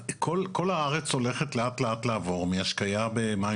כל הארץ הולכת לאט לאט לעבור מהשקיה במים